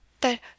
that